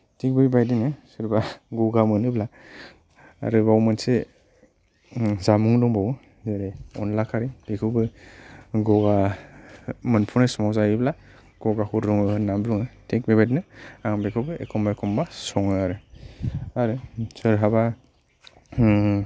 थिग बेबायदिनो सोरबा गमा मोनोब्ला आरोबाव मोनसे जामुं दंबावो जेरै अनला खारै बेखौबो गगा मोनफुनाय समाव जायोब्ला गगाखौ रुङो होन्नानै बुङो थिग बेबायदिनो आं बेखौबो एखम्बा एखम्बा सङो आरो आरो सोरहाबा